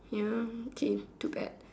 ya change to add